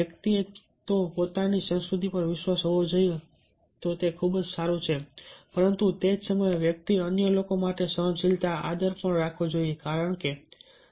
વ્યક્તિને તેની પોતાની સંસ્કૃતિ પર વિશ્વાસ હોવો જોઈએ તો તે ખૂબ જ સારુ છે પરંતુ તે જ સમયે વ્યક્તિએ અન્ય લોકો માટે સહનશીલતા અને આદર પણ રાખવો જોઈએ કારણ કે